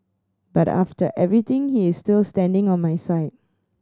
but after everything he is still standing on my side